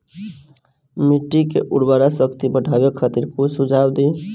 मिट्टी के उर्वरा शक्ति बढ़ावे खातिर कुछ सुझाव दी?